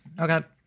Okay